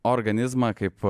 organizmą kaip